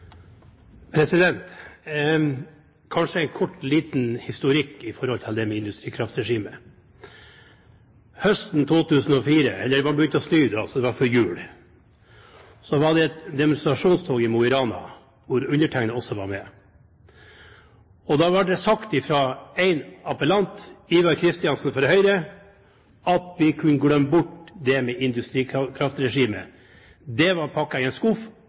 måte. Kanskje en kort, liten historikk når det gjelder industrikraftregimet: Høsten 2004 – eller det var begynt å snø, det var før jul – var det et demonstrasjonstog i Mo i Rana hvor undertegnede også var med. Da ble det sagt fra en appellant – Ivar Kristiansen fra Høyre – at vi kunne glemme bort det med industrikraftregime. Det var pakket i en skuff,